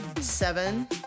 seven